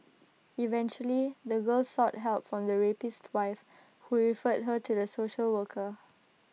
eventually the girl sought help from the rapist's wife who referred her to the social worker